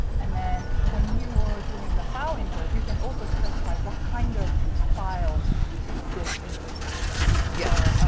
and then, when you're doing the file input, you can also specify what kind of file this input accepts. yeah so,